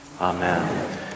Amen